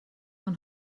man